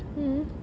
mmhmm